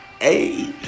Hey